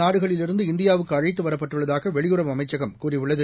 நாடுகளிலிருந்து இந்தியாவுக்கு அழைத்து வரப்பட்டுள்ளதாக வெளியுறவு அமைச்சகம் கூறியுள்ளது